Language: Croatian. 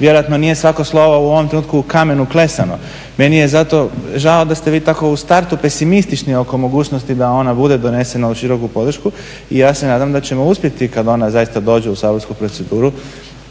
vjerojatno nije svako slovo u ovom trenutku u kamenu klesano. Meni je zato žao da ste vi tako u startu pesimistični oko mogućnosti da ona bude donesena uz široku podršku i ja se nadam da ćemo uspjeti kada ona zaista dođe u saborsku proceduru